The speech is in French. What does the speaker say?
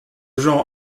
genre